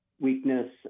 weakness